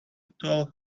told